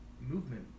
Movement